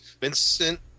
Vincent